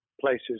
places